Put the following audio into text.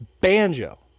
Banjo